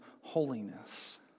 holiness